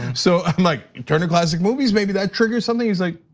so i'm like, and turner classic movies, maybe that triggers something. he's like,